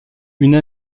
une